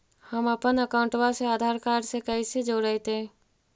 हमपन अकाउँटवा से आधार कार्ड से कइसे जोडैतै?